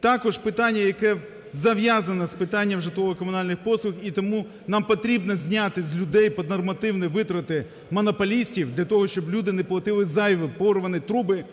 Також питання, яке зав'язане з питанням житлово-комунальних послуг і тому нам потрібно зняти з людей під нормативні витрати монополістів для того, щоб люди не платили зайве: порвані труби,